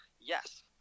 yes